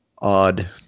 Odd